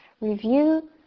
Review